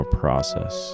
process